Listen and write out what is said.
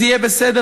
אז יהיה בסדר,